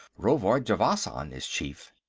rovard javasan, is chief.